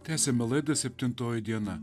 tęsiame laidą septintoji diena